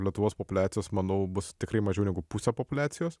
lietuvos populiacijos manau bus tikrai mažiau negu pusė populiacijos